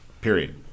Period